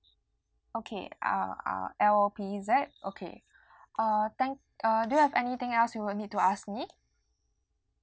okay uh uh L P Z okay uh thank uh do you have anything else you will need to ask me